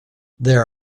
there